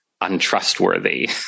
untrustworthy